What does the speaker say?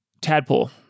Tadpole